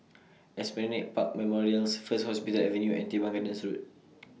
Esplanade Park Memorials First Hospital Avenue and Teban Gardens Road